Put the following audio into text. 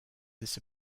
this